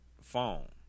phone